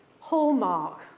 hallmark